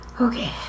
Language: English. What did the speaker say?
Okay